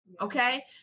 Okay